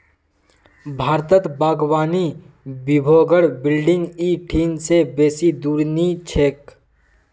भारतत बागवानी विभागेर बिल्डिंग इ ठिन से बेसी दूर नी छेक